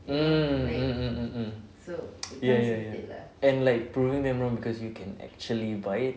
mm mm mm mm mm ya ya ya and like proving them wrong because you can actually buy it